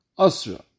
Asra